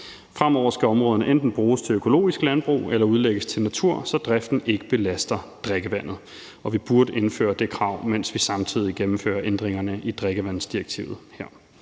Fremover skal områderne enten bruges til økologisk landbrug eller udlægges til natur, så driften ikke belaster drikkevandet. Vi burde indføre det krav, mens vi samtidig gennemfører ændringerne i drikkevandsdirektivet